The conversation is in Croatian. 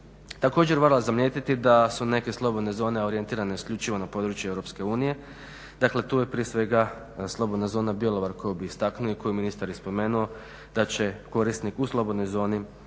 Također valja zamijetiti da su neke slobodne zone orijentirane isključivo na područje EU, dakle tu je prije svega slobodna zona Bjelovar koju bi istaknuo i koju je ministar i spomenuo da će korisnik u slobodnoj zoni